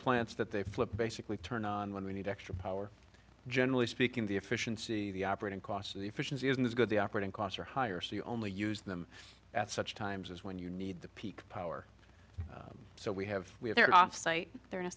plants that they flip basically turn on when we need extra power generally speaking the efficiency the operating cost efficiency isn't as good the operating costs are higher so you only use them at such times as when you need the peak power so we have we have air offsite there in a